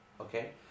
Okay